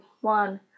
one